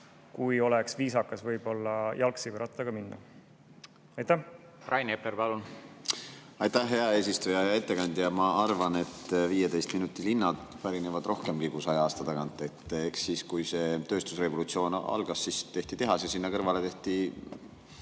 kui oleks viisakas võib-olla jalgsi või rattaga minna. Rain Epler, palun! Rain Epler, palun! Aitäh, hea eesistuja! Hea ettekandja! Ma arvan, et 15 minuti linnad pärinevad rohkemgi kui 100 aasta tagant. Eks kui see tööstusrevolutsioon algas, siis tehti tehas ja sinna kõrvale tehti,